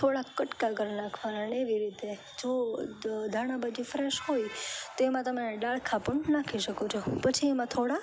થોડાંક કટકાં કરી નાખવાના અને એવી રીતે જો ધાણાભાજી ફ્રેશ હોય તો એમાં તમે ડાળખાં પણ નાખી શકો છો પછી એમાં થોડાં